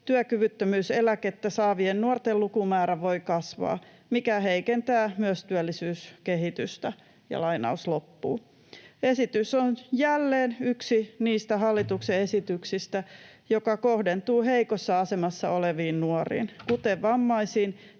työkyvyttömyyseläkettä saavien nuorten lukumäärä voi kasvaa, mikä heikentää myös työllisyyskehitystä.” Esitys on jälleen yksi niistä hallituksen esityksistä, jotka kohdentuvat heikossa asemassa oleviin nuoriin, kuten vammaisiin